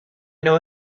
know